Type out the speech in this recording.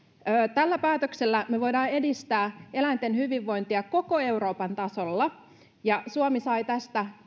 tällä päätöksellä me voimme edistää eläinten hyvinvointia koko euroopan tasolla ja suomi sai tästä